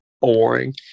boring